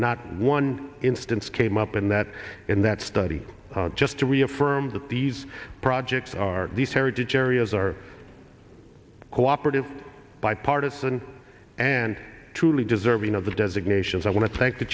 not one instance came up in that in that study just to reaffirm that these projects are these heritage areas are cooperative bipartisan and truly deserving of the designations i want to thank the